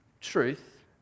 Truth